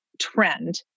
trend